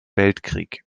weltkrieg